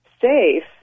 safe